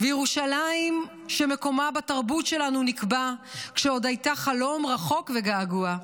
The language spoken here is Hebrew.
וירושלים שמקומה בתרבות שלנו נקבע כשעוד הייתה חלום רחוק וגעגוע,